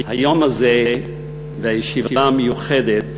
היום הזה והישיבה המיוחדת